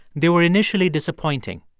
they were initially disappointing.